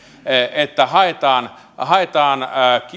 että haetaan haetaan